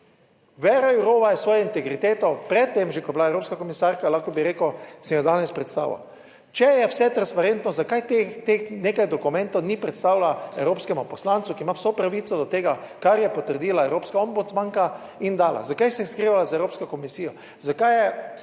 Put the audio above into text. Věra Jourová je s svojo integriteto pred tem, že, ko je bila evropska komisarka, lahko bi rekel, sem jo danes predstavil, če je vse transparentno, zakaj teh nekaj dokumentov ni predstavila evropskemu poslancu, ki ima vso pravico do tega, kar je potrdila evropska ombudsmanka in dala? Zakaj se je skrivala z Evropsko komisijo,